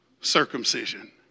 circumcision